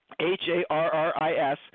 H-A-R-R-I-S